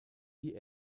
die